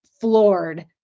floored